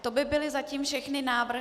To byly zatím všechny návrhy.